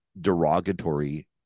derogatory